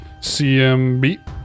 CMB